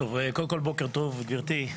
קודם כל בוקר טוב גברתי,